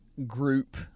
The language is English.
group